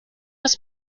des